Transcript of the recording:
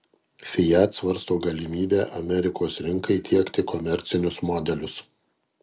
fiat svarsto galimybę amerikos rinkai tiekti komercinius modelius